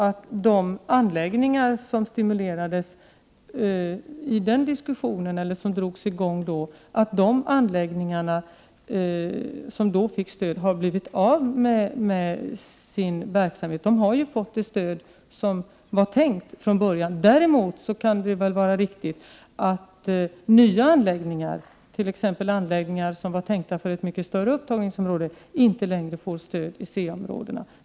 Det är ju inte så, att verksamheten har upphört vid de anläggningar som drogs i gång i detta sammanhang. De har fått det stöd som från början var avsett att ges. Däremot kan det vara riktigt att nya anläggningar —t.ex. sådana anläggningar som var tänkta för ett mycket större upptagningsområde — inte längre får stöd i C-områdena.